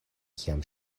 kiam